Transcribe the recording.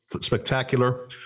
spectacular